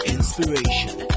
Inspiration